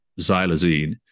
xylazine